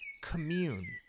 commune